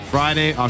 Friday